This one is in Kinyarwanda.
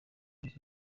zunze